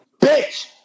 bitch